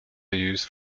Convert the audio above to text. used